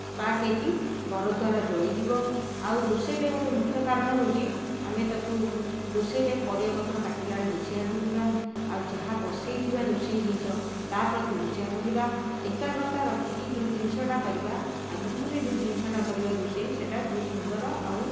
spark ହେଇକି ଘରଦ୍ୱାର ଜଳିଯିବ ଆଉ ରୋଷେଇରେ ଗୋଟିଏ ମୁଖ୍ୟ କାରଣ ହେଉଛି ଆମେ ତାକୁ ରୋଷେଇରେ ପରିବା ପତ୍ର କାଟିଲା ବେଳେ ହୁସିଆର ରହିବା ଆଉ ଯାହା ବସେଇ ଥିବା ରୋଷେଇ ଜିନିଷ ତା ପ୍ରତି ହୁସିଆର ରହିବା ଏକାଗ୍ରତା ରଖିକି ଯେଉଁ ଜିନିଷଟା କରିବା ଆଗ୍ରହରେ ଯେଉଁ ଜିନିଷଟା କରିବା ରୋଷେଇ ସେଟା ବହୁତ ସୁନ୍ଦର ଆଉ